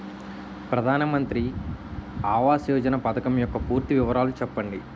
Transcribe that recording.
ప్రధాన మంత్రి ఆవాస్ యోజన పథకం యెక్క పూర్తి వివరాలు చెప్పండి?